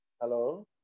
Hello